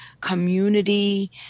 community